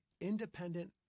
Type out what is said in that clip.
independent